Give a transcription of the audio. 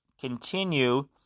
continue